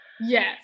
Yes